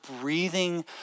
breathing